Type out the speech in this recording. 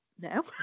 no